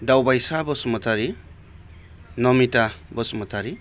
Daobaisa Basumatary Namita Basumatary